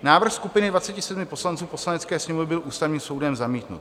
Návrh skupiny 27 poslanců Poslanecké sněmovny byl Ústavním soudem zamítnut.